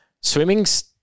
swimming's